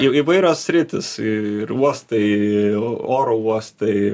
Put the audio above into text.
jau įvairios sritys ir uostai oro uostai